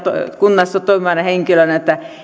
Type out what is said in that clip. kunnassa toimivana henkilönä että